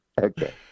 Okay